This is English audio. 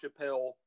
Chappelle